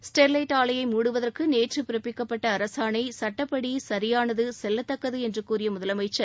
Sterlite ஆலையை மூடுவதற்கு நேற்று பிறப்பிக்கப்பட்ட அரசாணை சட்டப்படி சரியானது செல்லத்தக்கது என்று கூறிய முதலமைச்சர்